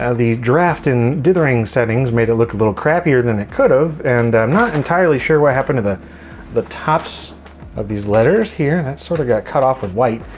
ah the draft in dithering settings made it look a little crappier than it could have and i'm not entirely sure what happened to the the tops of these letters here that sort of got cut off of white.